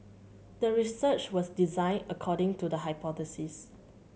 the research was designed according to the hypothesis